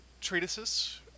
treatises